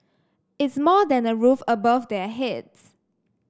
it's more than a roof above their heads